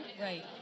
Right